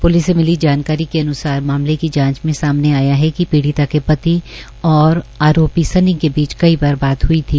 police से मिली जानकारी के अन्सार मामले की जांच में सामने आया है कि पीड़िता के पति और आरोपी सन्नी के बीच कई बार हुई थी